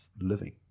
living